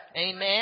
Amen